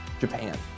Japan